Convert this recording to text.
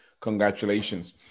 Congratulations